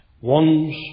one's